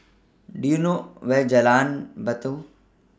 Do YOU know Where Jalan Batu